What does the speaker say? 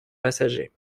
passagers